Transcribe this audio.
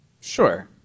Sure